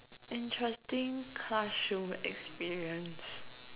interesting classroom experience